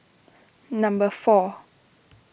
number four